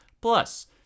Plus